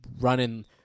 running